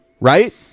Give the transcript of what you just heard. right